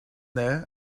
there